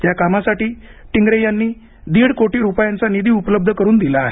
या कामासाठी टिंगरे यांनी दीड कोटी रुपयांचा निधी उपलब्ध करून दिला आहे